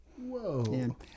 Whoa